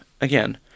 again